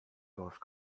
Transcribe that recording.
läuft